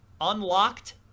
unlocked